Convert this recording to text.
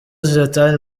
zlatan